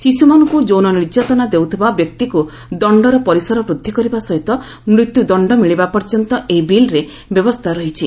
ଶିଶୁମାନଙ୍କୁ ଯୌନ ନିର୍ଯାତନା ଦେଉଥିବା ବ୍ୟକ୍ତିକ୍ତ ଦଶ୍ଚର ପରିମାଣ ବୃଦ୍ଧି ସହିତ ମୃତ୍ୟ ଦଣ୍ଡ ମିଳିବା ପର୍ଯ୍ୟନ୍ତ ଏହି ବିଲ୍ରେ ବ୍ୟବସ୍ଥା ରହିଛି